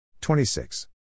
26